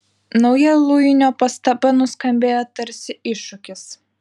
nauja luinio pastaba nuskambėjo tarsi iššūkis